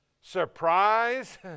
Surprise